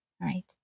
Right